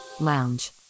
Lounge